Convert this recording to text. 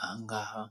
Ahangaha